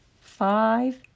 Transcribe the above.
five